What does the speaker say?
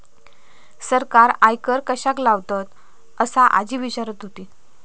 सरकार आयकर कश्याक लावतता? असा आजी विचारत होती